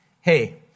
Hey